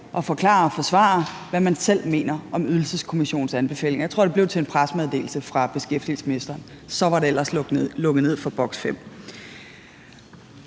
og forklare og forsvare, hvad man selv mener om Ydelseskommissionens anbefalinger. Jeg tror, det blev til en pressemeddelelse fra beskæftigelsesministeren, og så var der ellers lukket ned for boks 5.